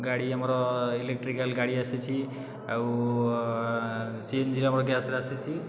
ଗାଡ଼ି ଆମର ଇଲେକଟ୍ରିକାଲ ଗାଡ଼ି ଆସିଛି ଆଉ ସିଏନଜିର ଆମର ଗ୍ୟାସ୍ରେ ଆସିଛି